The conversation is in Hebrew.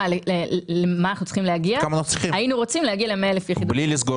יינו רוצים להגיע ל-100 אלף יחידות דיור.